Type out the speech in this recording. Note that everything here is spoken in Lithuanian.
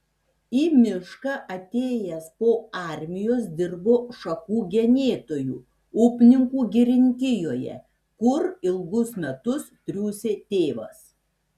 į mišką atėjęs po armijos dirbo šakų genėtoju upninkų girininkijoje kur ilgus metus triūsė tėvas